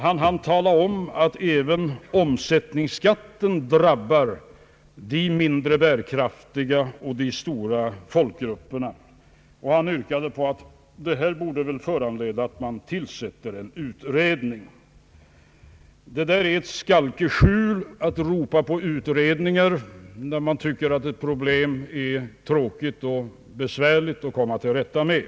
Han hann även tala om att också omsättningsskatten drabbar de mindre bärkraftiga och stora folkgrupperna. Han yrkade på att detta väl borde föranleda tillsättandet av en utredning. Det är ett skalkeskjul att ropa på utredningar, när man tycker att ett problem är tråkigt och besvärligt att komma till rätta med.